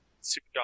Super